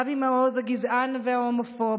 אבי מעוז הגזען וההומופוב,